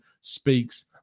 speaks